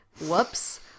Whoops